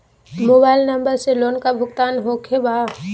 Mobile number से loan का भुगतान होखे बा?